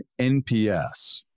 NPS